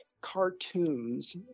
cartoons